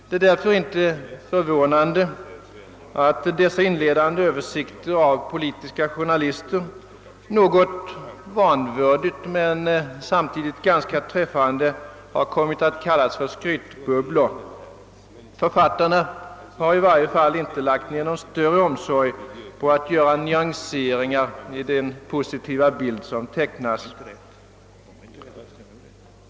Det är därför inte förvånande att dessa inledande översikter av politiska journalister något vanvördigt men samtidigt ganska träffande kommit att kallas för skrytbubblor. Författarna har i varje fall inte lagt ner någon större omsorg på att göra nyanseringar i den positiva bild som tecknas.